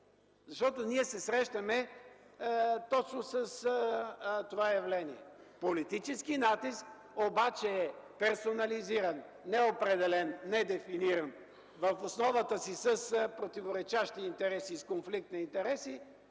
Защото ние се срещаме точно с това явление – политически натиск, обаче персонализиран, неопределен, недефиниран, в основата си с противоречиви интереси, с конфликт на интереси